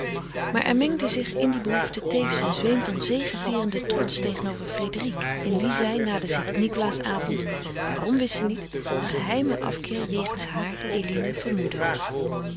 maar er mengde zich in die behoefte tevens een zweem van zegevierenden trots tegenover frédérique in wie zij na den st nicolaasavond waarom wist ze niet een geheimen afkeer jegens haar eline vermoedde